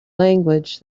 language